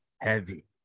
Heavy